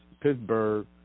Pittsburgh